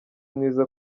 mwiza